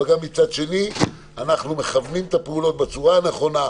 אבל גם מצד שני אנחנו מכוונים את הפעולות בצורה הנכונה,